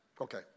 Okay